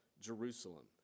Jerusalem